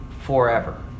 forever